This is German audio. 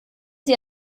sie